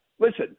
Listen